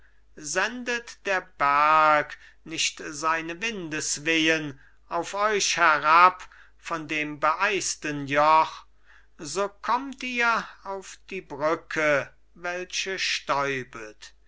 sendet der berg nicht seine windeswehen auf euch herab von dem beeisten joch so kommt ihr auf die brücke welche stäubet